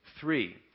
Three